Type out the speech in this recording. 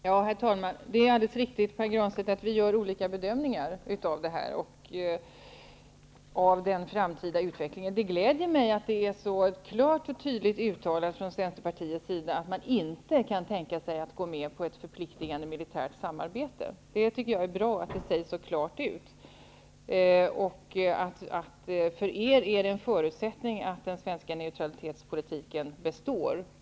Herr talman! Det är alldeles riktigt, Pär Granstedt, att vi gör olika bedömningar om den framtida utvecklingen. Det gläder mig att Centerpartiet så klart och tydligt uttalar att man inte kan tänka sig att gå med på ett förpliktigande militärt samarbete. Det är bra att det sägs så klart ut liksom att det för er är en förutsättning att den svenska neutralitetspolitiken består.